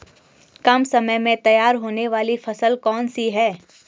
कम समय में तैयार होने वाली फसल कौन सी है?